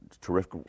terrific